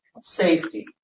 Safety